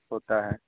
होता है